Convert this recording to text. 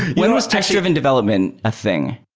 when was test-driven development a thing?